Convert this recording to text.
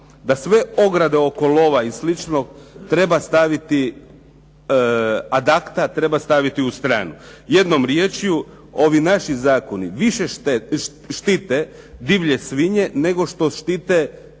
da sve ograde oko lova i sl. ad acta treba staviti u stranu. Jednom rječju, ovi naši zakoni više štite divlje svinje nego što